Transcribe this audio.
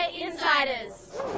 Insiders